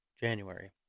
January